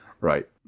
Right